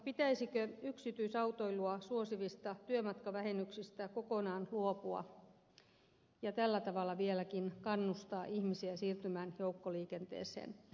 pitäisikö yksityisautoilua suosivista työmatkavähennyksistä kokonaan luopua ja tällä tavalla vieläkin kannustaa ihmisiä siirtymään joukkoliikenteeseen